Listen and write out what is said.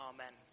Amen